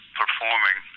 performing